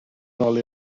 nôl